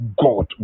God